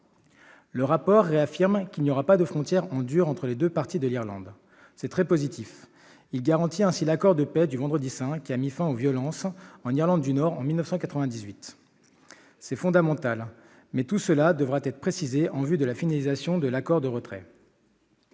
une nouvelle fois qu'il n'y aura pas de frontière « en dur » entre les deux parties de l'Irlande. C'est là un point très positif. Est ainsi garanti l'accord de paix du Vendredi saint, qui a mis fin aux violences en Irlande du Nord en 1998. C'est fondamental. Mais tout cela devra être précisé en vue de la finalisation de l'accord de retrait.